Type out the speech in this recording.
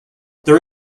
there